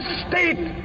state